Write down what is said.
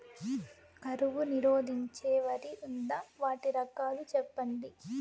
కరువు నిరోధించే వరి ఉందా? వాటి రకాలు చెప్పండి?